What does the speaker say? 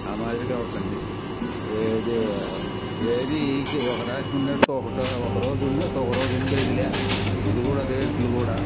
ఆ మాదిరిగా ఉంటుంది ఏది ఏదీ ఒకనాటికి ఉన్నెట్టు ఒక ఒక రోజు ఉన్నెట్టు ఒక రోజు ఉండేదిలే ఇప్పుడు ఇది కూడా రేట్లు కూడా